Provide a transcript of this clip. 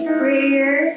prayer